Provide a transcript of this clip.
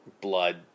blood